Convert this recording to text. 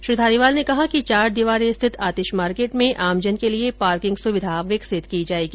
उन्होंने कहा कि चारदीवारी स्थित आतिश मार्केट में आमजन के लिए पार्किंग सुविधा विकसित की जाएगी